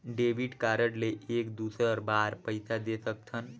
Debit card ले एक दुसर बार पइसा दे सकथन?